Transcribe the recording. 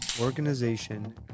organization